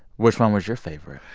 which one was your favorite?